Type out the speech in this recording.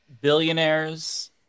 billionaires